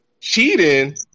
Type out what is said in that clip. cheating